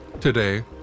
Today